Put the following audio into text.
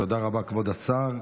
תודה רבה, כבוד השר.